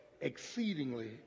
exceedingly